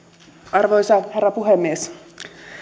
arvoisa herra puhemies